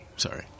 Sorry